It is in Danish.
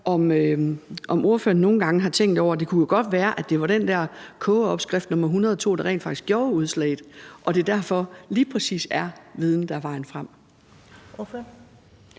om ordføreren nogle gange har tænkt over, at det jo godt kunne være, at det var den der kogeopskrift nr. 102, der rent faktisk gjorde udslaget, og at det derfor lige præcis er viden, der er vejen frem.